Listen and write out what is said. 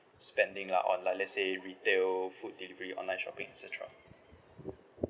spending lah on like let's say retail food delivery online shopping et cetera